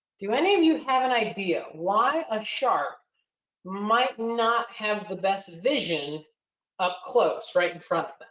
do any of you have an idea why a shark might not have the best vision up close, right in front